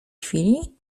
chwili